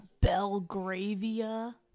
Belgravia